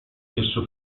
esso